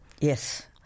Yes